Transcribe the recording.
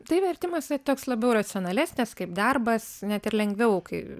tai vertimas jisai toks labiau racionalesnis kaip darbas net ir lengviau kai